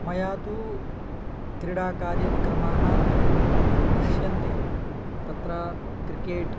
मया तु क्रीडाकार्यक्रमाःदृश्यन्ते तत्र क्रिकेट्